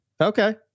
okay